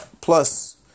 plus